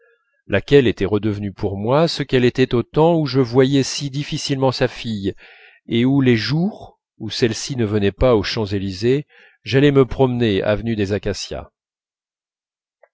laquelle était redevenue pour moi ce qu'elle était au temps où je voyais si difficilement sa fille et où les jours où celle-ci ne venait pas aux champs-élysées j'allais me promener avenue des acacias